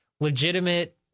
legitimate